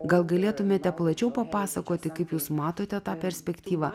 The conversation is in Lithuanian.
gal galėtumėte plačiau papasakoti kaip jūs matote tą perspektyvą